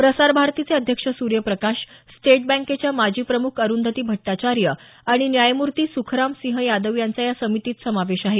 प्रसारभारतीचे अध्यक्ष सूर्य प्रकाश स्टेट बँकेच्या माजी प्रमुख अरुंधती भट्टाचार्य आणि न्यायमूर्ती सुखराम सिंह यादव यांचा या समितीत समावेश आहे